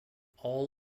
all